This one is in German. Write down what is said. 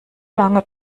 lange